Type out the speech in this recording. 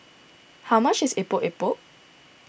how much is Epok Epok